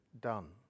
Done